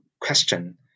question